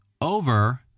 over